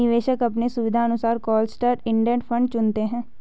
निवेशक अपने सुविधानुसार क्लोस्ड इंडेड फंड चुनते है